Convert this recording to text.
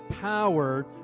power